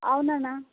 అవునన్నా